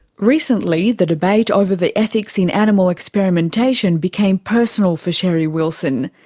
recently the debate over the ethics in animal experimentation became personal for cherie wilson.